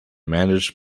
managed